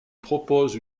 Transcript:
propose